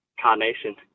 Carnation